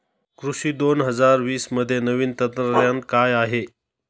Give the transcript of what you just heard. कृषी दोन हजार वीसमध्ये नवीन तंत्रज्ञान काय आहे?